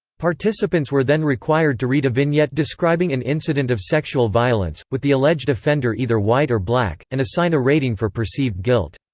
participants were then required to read a vignette describing an incident of sexual violence, with the alleged offender either white or black, and assign a rating for perceived guilt.